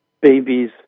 babies